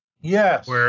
Yes